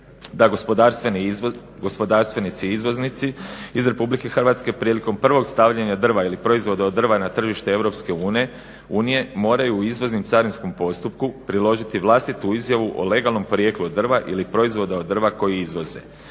da gospodarstvenici izvoznici iz RH prilikom prvog stavljanja drva ili proizvoda od drva na tržište EU moraju izvoznom carinskom postupku priložiti vlastitu izjavu o legalnom porijeklu od drva ili proizvoda od drva koji izvoze.